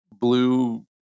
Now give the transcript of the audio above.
Blue